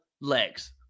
legs